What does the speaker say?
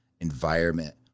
environment